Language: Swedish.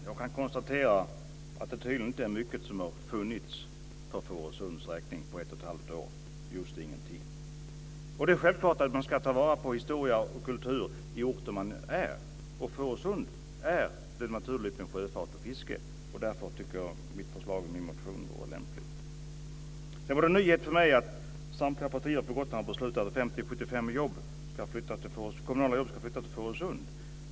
Fru talman! Jag kan konstatera att det tydligen inte är mycket som har funnits för Fårösunds räkning på ett och ett halvt år. Det är just ingenting. Det är självklart att man ska ta vara på historia och kultur i de orter man är. I Fårösund är det naturligt med sjöfart och fiske. Därför tycker jag att mitt förslag och min motion vore lämpligt. Det var en nyhet för mig att samtliga partier på Gotland har beslutat att 50-75 kommunala jobb ska flyttas till Fårösund.